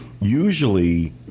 Usually